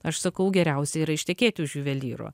aš sakau geriausia yra ištekėti už juvelyro